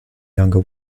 younger